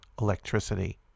electricity